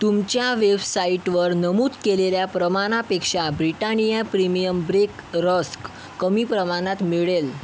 तुमच्या वेवसाइटवर नमूद केलेल्या प्रमाणापेक्षा ब्रिटानिया प्रीमियम ब्रेक रस्क कमी प्रमाणात मिळेल